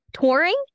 touring